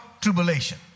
tribulation